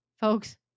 folks